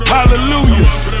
Hallelujah